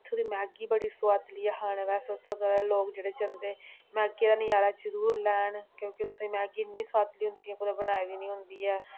उत्थूं दी मैगी बड़ी सुआदली ऐ खाने बास्तै उत्थूं दे लोक जेह्ड़े जंदे मैगी दा नजारा जरूर लैन क्योंकि उत्थूं दी मैगी इन्नी सुआदली होंदी जियां कुदै बनाई दी नी होंदी ऐ